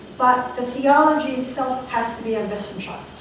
but the theology itself has to be and so